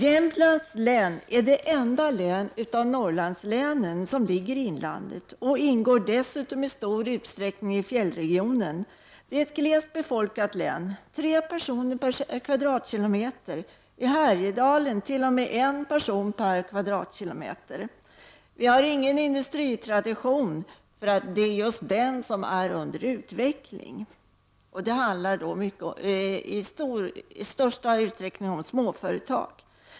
Jämtlands län är det enda av norrlandslänen som ligger i inlandet, och det ingår dessutom i stor utsträckning i fjällregionen. Det är ett glest befolkat län — tre personer per kvadratkilometer, i Härjedalen t.o.m. en person per kvadratkilometer. Vi har ingen industritradition, för det är just den som är under utveckling, och det handlar då i största utsträckning om småföretag.